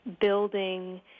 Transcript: building